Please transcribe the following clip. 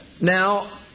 Now